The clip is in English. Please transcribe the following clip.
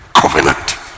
covenant